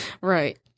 Right